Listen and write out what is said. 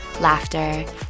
laughter